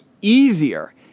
easier